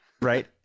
Right